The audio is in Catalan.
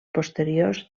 posteriors